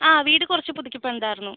ആ വീട് കുറച്ച് പുതുക്കി പണിതിരുന്നു